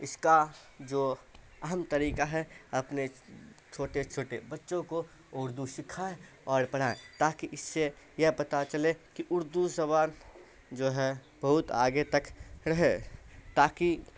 اس کا جو اہم طریقہ ہے اپنے چھوٹے چھوٹے بچوں کو اردو سکھائیں اور پڑھائیں تاکہ اس سے یہ پت چلے کہ اردو زبان جو ہے بہت آگے تک رہے تاکہ